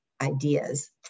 ideas